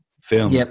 film